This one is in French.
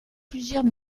plusieurs